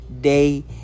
day